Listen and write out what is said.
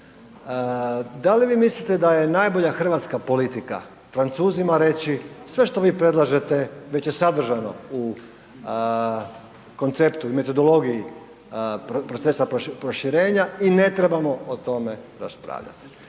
Da li vi mislite da je najbolja hrvatska politika Francuzima reći, sve što vi predlažete već je sadržano u konceptu i metodologiji procesa proširenja i ne trebamo o tome raspravljati